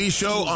show